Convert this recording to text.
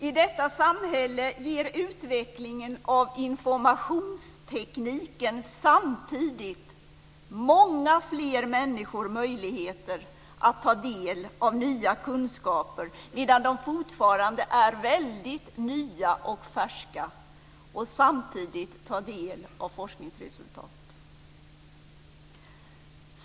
I detta samhälle ger utvecklingen av informationstekniken samtidigt många fler människor möjligheter att ta del av nya kunskaper medan de fortfarande är väldigt nya och färska. Dessutom kan de ta del av forskningsresultat.